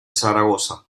zaragoza